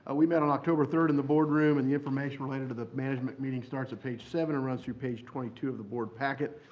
ah we met on october third in the board room and the information related to the management meeting starts at page seven and runs through page twenty two of the board packet.